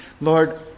Lord